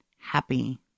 happy